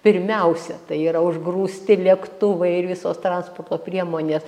pirmiausia tai yra užgrūsti lėktuvai ir visos transporto priemonė